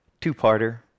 Two-parter